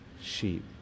sheep